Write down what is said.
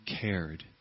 cared